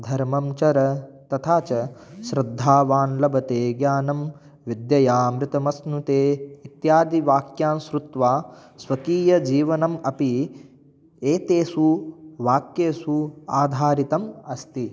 धर्मं चर तथा च श्रद्धावान् लभते ज्ञानं विद्ययामृतमश्नुते इत्यादि वाक्यान् श्रुत्वा स्वकीयजीवनमपि एतेषु वाक्येषु आधारितम् अस्ति